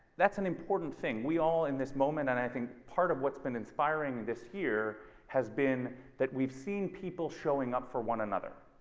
that's an important thing. we all in this moment and i think part of what's been inspiring this year has been that we've seen people showing up for one another.